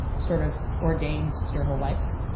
sort of ordains your whole life.